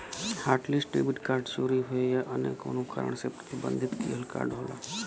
hotlist debit card चोरी होये या अन्य कउनो कारण से प्रतिबंधित किहल कार्ड होला